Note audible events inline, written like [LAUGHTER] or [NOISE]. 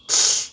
[NOISE]